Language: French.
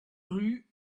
rue